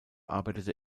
arbeitete